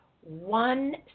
one